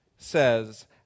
says